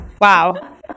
Wow